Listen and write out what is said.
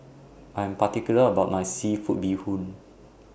I Am particular about My Seafood Bee Hoon